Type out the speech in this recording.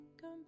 come